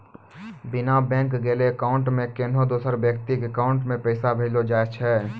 बिना बैंक गेलैं अकाउंट से कोन्हो दोसर व्यक्ति के अकाउंट मे पैसा भेजलो जाय छै